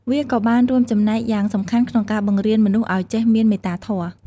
វាក៏បានរួមចំណែកយ៉ាងសំខាន់ក្នុងការបង្រៀនមនុស្សឱ្យចេះមានមេត្តាធម៌។